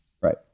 Right